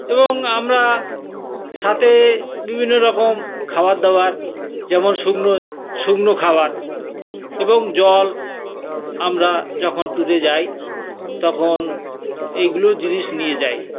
এবং আমরা সাথে বিভিন্ন রকম খাবার দাবার যেমন শুকনো শুকনো খাবার এবং জল আমরা যখন ট্যুরে যাই তখন এইগুলো জিনিস নিয়ে যাই